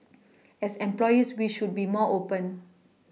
as employees we should be more open